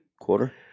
quarter